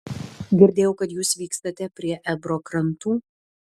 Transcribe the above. girdėjau kad jūs vykstate prie ebro krantų